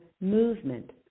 movement